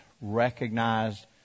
recognized